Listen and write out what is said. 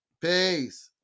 Peace